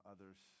Others